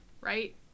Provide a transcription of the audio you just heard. right